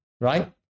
right